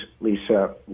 Lisa